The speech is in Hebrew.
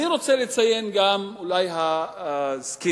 אני רוצה לציין, אולי הזקנים,